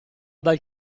dal